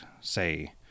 say